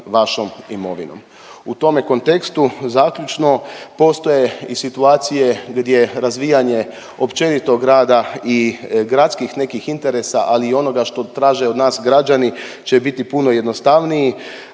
U tome kontekstu zaključno postoje i situacije gdje razvijanje općenito grada i gradskih nekih interesa, ali i onoga što traže od nas građani će biti puno jednostavniji.